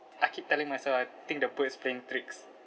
I keep telling myself I think the bird is playing tricks